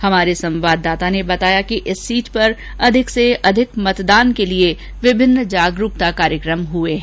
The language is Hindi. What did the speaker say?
हमारे संवाददाता ने बताया कि इस सीट पर अधिक से अधिक मतदान के लिए विभिन्न जागरूकता कार्यक्रम हुए हैं